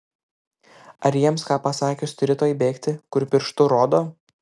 ar jiems ką pasakius turi tuoj bėgti kur pirštu rodo